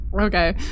Okay